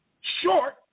short